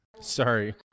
Sorry